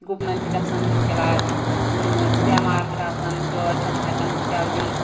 گُپنن چھِ گَژھان مُشکِلات بیٚمار چھ آسان گٲڑۍ چھِ نہٕ ہٮ۪کان جلدی